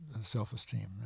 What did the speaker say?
self-esteem